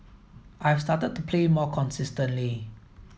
I've started to play more consistently